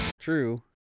true